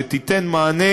שתיתן מענה